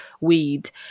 weed